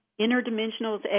interdimensionals